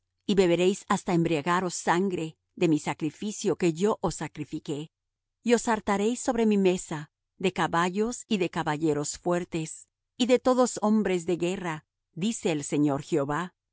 y beberéis hasta embriagaros sangre de mi sacrificio que yo os sacrifiqué y os hartaréis sobre mi mesa de caballos y de caballeros fuertes y de todos hombres de guerra dice el señor jehová